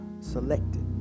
selected